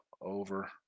over